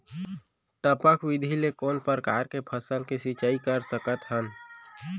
टपक विधि ले कोन परकार के फसल के सिंचाई कर सकत हन?